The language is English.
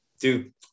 Dude